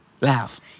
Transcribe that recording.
Laugh